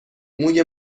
موی